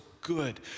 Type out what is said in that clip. good